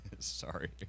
Sorry